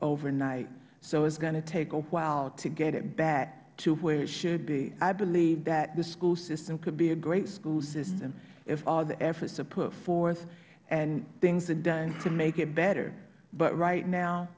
overnight so it is going to take a while to get it back to where it should be i believe that the school system could be a great school system if all the efforts are put forth and things are done to make it better but right now